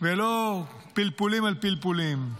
ולא פלפולים על פלפולים.